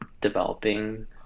developing